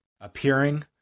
appearing